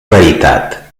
veritat